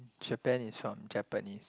Japan is from Japanese